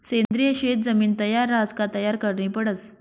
सेंद्रिय शेत जमीन तयार रहास का तयार करनी पडस